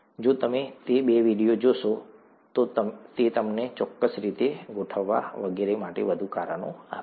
જો તમે તે બે વીડિયો જોશો તો તે તમને તેને ચોક્કસ રીતે ગોઠવવા વગેરે માટે વધુ કારણો આપશે